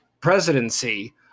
presidency